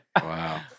Wow